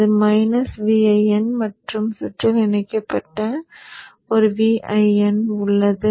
அது minus Vin மற்றும் சுற்றில் இணைக்கப்பட்ட ஒரு Vin உள்ளது